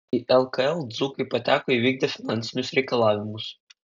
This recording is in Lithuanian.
į lkl dzūkai pateko įvykdę finansinius reikalavimus